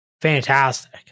Fantastic